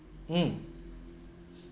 mm